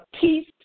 peace